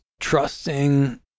Trusting